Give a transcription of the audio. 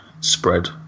spread